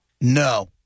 No